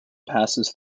passes